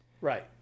Right